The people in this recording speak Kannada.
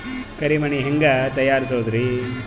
ಕರಿ ಮಣ್ ಹೆಂಗ್ ತಯಾರಸೋದರಿ?